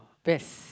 best